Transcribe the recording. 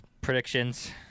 predictions